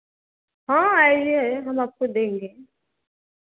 हाँ आईए हम आपको देंगे